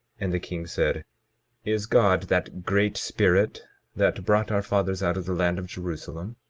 and the king said is god that great spirit that brought our fathers out of the land of jerusalem?